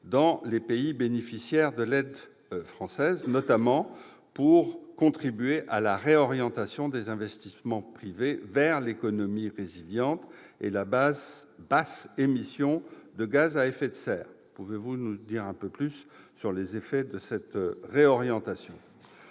dans les pays bénéficiaires de l'aide française, notamment pour contribuer à la réorientation des investissements privés vers l'économie résiliente et à basse émission de gaz à effet de serre ». Pouvez-vous, monsieur le ministre, nous préciser les effets de cette réorientation ?